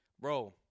bro